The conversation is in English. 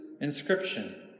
inscription